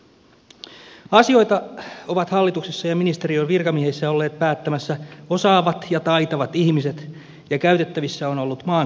asioita ovat hallituksessa ja ministeriön virkamiehissä olleet päättämässä osaavat ja taitavat ihmiset ja käytettävissä on ollut maan korkeatasoisin tutkimustieto